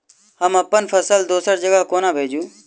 हम अप्पन फसल दोसर जगह कोना भेजू?